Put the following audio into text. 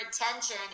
attention